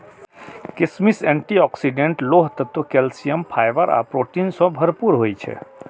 किशमिश antioxidant, लोह तत्व, कैल्सियम, फाइबर आ प्रोटीन सं भरपूर होइ छै